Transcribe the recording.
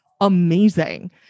amazing